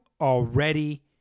already